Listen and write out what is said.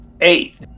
Eight